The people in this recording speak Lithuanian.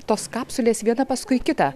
tos kapsulės vietą paskui kitą